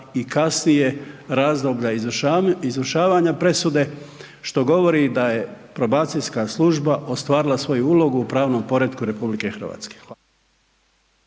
i kasnije razloga izvršavanja presude, što govori da je probacijska služba ostvarila svoju ulogu u pravnom poretku RH.